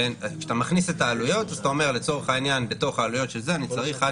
כשאתה מכניס את העלויות אתה אומר שבתוך העלויות של זה אתה צריך 1,